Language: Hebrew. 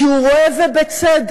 כי הוא רואה, ובצדק,